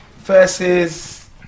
Versus